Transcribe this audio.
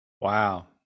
Wow